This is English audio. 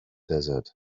desert